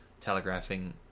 telegraphing